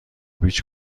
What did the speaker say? پیچ